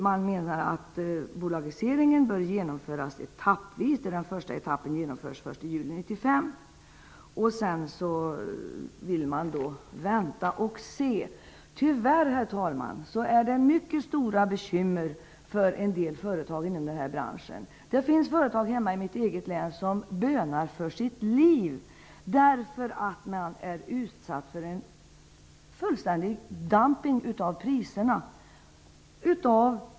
Man menar att bolagiseringen bör genomföras etappvis, där den första etappen genomförs den 1 juni 1995, och därefter vill man vänta och se. Herr talman! Det är tyvärr mycket stora bekymmer för en del företag i denna bransch. Det finns företag i mitt eget hemlän som bönar för sitt liv, eftersom de av ett offentligt organ är utsatta för fullständig dumping av priserna.